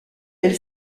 elle